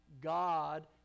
God